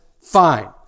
fine